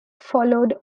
followed